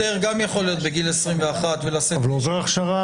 השוטר גם יכול להיות בגיל 21. אבל הוא עובר הכשרה.